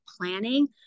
planning